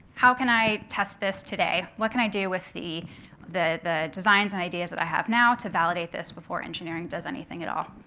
how can i test this today? what can i do with the the designs and ideas that i have now to validate this before engineering does anything at all?